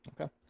Okay